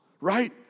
right